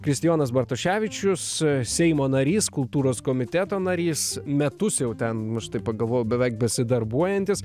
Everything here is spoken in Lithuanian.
kristijonas bartoševičius seimo narys kultūros komiteto narys metus jau ten aš taip pagalvojau beveik besidarbuojantis